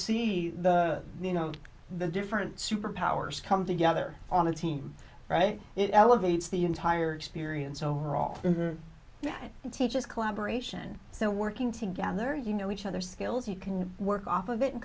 see the you know the different superpowers come together on a team right it elevates the entire experience overall and teaches collaboration so working together you know each other skills you can work off of it and